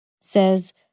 says